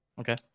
Okay